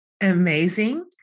amazing